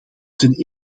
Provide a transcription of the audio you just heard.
ten